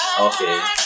Okay